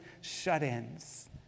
shut-ins